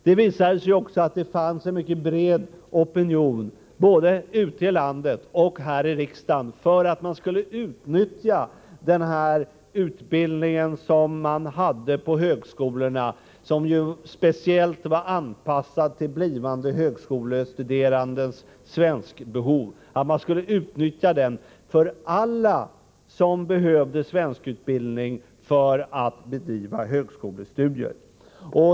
Det visade sig också att det fanns en mycket bred opinion både ute ilandet och här i riksdagen för att man skulle utnyttja den utbildning, som fanns på högskolorna och som speciellt var anpassad till blivande högskolestuderandes behov av kunskaper i svenska, för alla som behövde svenskundervisning för att kunna bedriva högskolestudier.